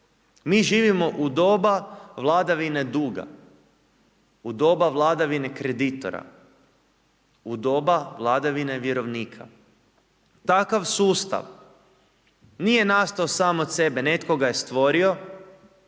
Mi živimo u doba vladavine duga, u doba vladavine kreditora, u doba vladavine vjerovnika. Takav sustav nije nastao sam od sebe, netko ga je stvorio